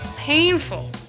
painful